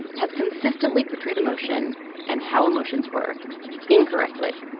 has consistently portrayed emotion and how emotions work incorrectly.